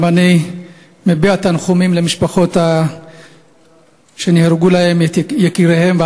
גם אני מביע תנחומים למשפחות שנהרגו להן יקיריהן,